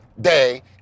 day